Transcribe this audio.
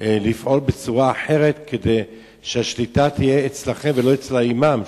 לפעול בצורה אחרת כדי שהשליטה תהיה אצלכם ולא אצל האימאם,